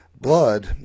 blood